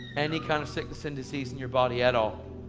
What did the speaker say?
any kind of sickness and disease in your body at all.